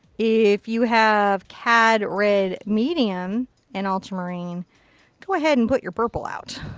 if you have cad red medium and ultramarine go ahead and put your purple out.